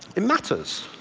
it matters.